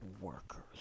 workers